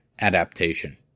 adaptation